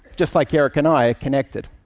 just like eric and i are connected.